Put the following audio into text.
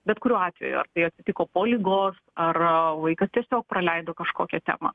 bet kuriuo atveju tai atsitiko po ligos ar vaikas tiesiog praleido kažkokią temą